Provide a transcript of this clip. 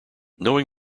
knowing